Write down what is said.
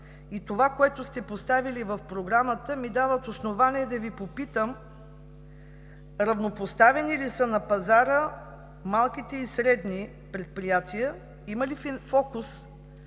и това, което сте поставили в Програмата, ми дават основание да Ви попитам: равнопоставени ли са на пазара малките и средните предприятия? Има ли фокус,